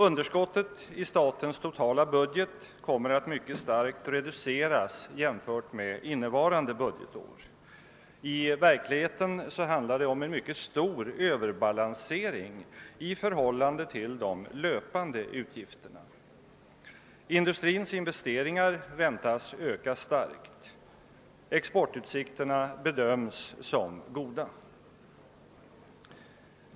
Underskottet i statens totala budget kommer att mycket starkt reduceras jämfört med innevarande budgetår. I verkligheten handlar det om en mycket stor överbalansering i förhållande till de löpande utgifterna. Industrins investeringar väntas öka starkt. Exportutsikterna bedöms som goda.